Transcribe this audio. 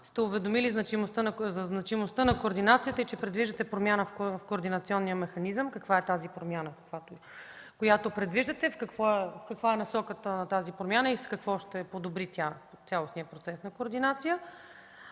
го уведомили за значимостта на координацията и че предвиждате промяна в координационния механизъм. Каква е тази промяна, която предвиждате? Каква е насоката на тази промяна и с какво ще подобри тя цялостния процес на координация?